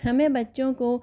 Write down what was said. हमें बच्चों को